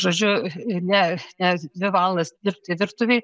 žodžiu ne ne dvi valandas dirbti virtuvėj